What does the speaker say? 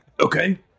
Okay